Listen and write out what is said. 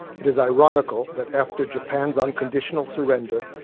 it is ironical that after japan's unconditional surrender,